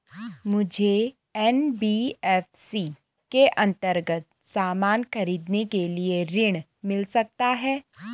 मुझे एन.बी.एफ.सी के अन्तर्गत सामान खरीदने के लिए ऋण मिल सकता है?